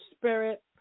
spirit